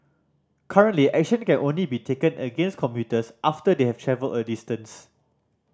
currently action can only be taken against commuters after they have travelled a distance